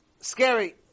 scary